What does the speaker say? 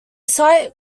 site